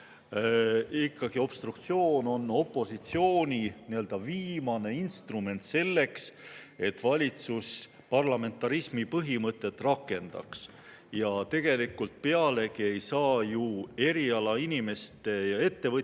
ikkagi, obstruktsioon on opositsiooni viimane instrument selleks, et valitsus parlamentarismi põhimõtet rakendaks. Ja tegelikult ei saa ju erialainimeste ja ettevõtjatega